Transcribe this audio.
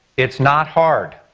it's not hard.